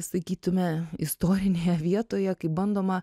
sakytume istorinėje vietoje kaip bandoma